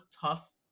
tough